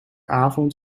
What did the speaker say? avond